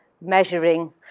measuring